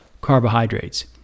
carbohydrates